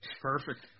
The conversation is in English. Perfect